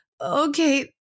Okay